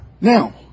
Now